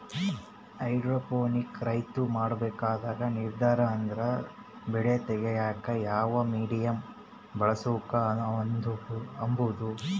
hydroponic ರೈತ್ರು ಮಾಡ್ಬೇಕಾದ ನಿರ್ದಾರ ಅಂದ್ರ ಬೆಳೆ ತೆಗ್ಯೇಕ ಯಾವ ಮೀಡಿಯಮ್ ಬಳುಸ್ಬಕು ಅಂಬದು